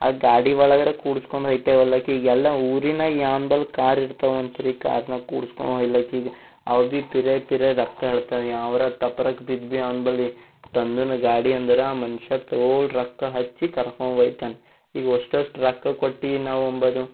ಆ ಗಾಡಿ ಒಳಗಾರ ಕೂರಿಸ್ಕೊಂಡು ಹೋಯ್ತೇವಲ್ಲ ಆಕೆಗೆಲ್ಲ ಊರಿನಾಗೆ ಯಾನ್ಬಲ್ಲಿ ಕಾರಿರ್ತವ ಅಂತ್ರಿ ಕಾರ್ನಾಗೆ ಕೂಡಸ್ಕೊಂಡ್ ಹೊಯ್ಲಕ್ ಇಲ್ಲಾಕಿಗ್ ಅವ್ ಭೀ ಪಿರೇ ಪಿರೇ ರೊಕ್ಕ ಹೇಳ್ತಾನ ಯವ್ರಾ ತಪರಕ್ ಬಿದ್ದು ಭೀ ಅವನ ಬಲಿ ತಂದನೋ ಗಾಡಿ ಅಂದ್ರೆ ಆ ಮನುಷ್ಯ ತೋಲ್ ರೊಕ್ಕ ಹಚ್ಚಿ ಕರ್ಕೊಂಡು ಒಯ್ತಾನ ಇವಷ್ಟು ಅಷ್ಟು ರೊಕ್ಕ ಕೊಟ್ಟು ನಾವು ಅಂಬದು